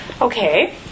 okay